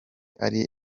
ari